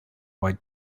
while